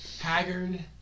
haggard